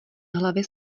hlavy